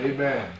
Amen